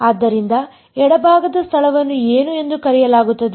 ಆದ್ದರಿಂದ ಎಡಭಾಗದ ಸ್ಥಳವನ್ನು ಏನು ಎಂದು ಕರೆಯಲಾಗುತ್ತದೆ